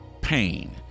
pain